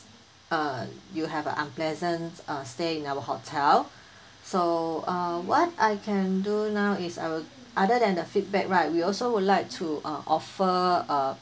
uh you have an unpleasant uh stay in our hotel so uh what I can do now is I will other than the feedback right we also would like to uh offer uh